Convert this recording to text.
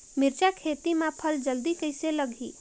मिरचा खेती मां फल जल्दी कइसे लगही?